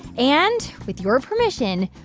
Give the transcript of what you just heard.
and with your permission,